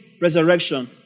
resurrection